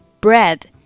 bread